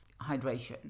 hydration